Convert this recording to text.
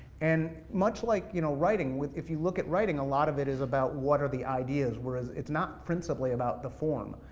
and much like you know writing, if you look at writing, a lot of it is about what are the ideas, whereas it's not principally about the form.